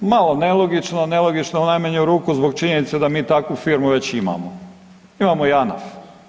Malo nelogično, nelogično u najmanju ruku zbog činjenice da mi takvu firmu već imamo, imamo Janaf.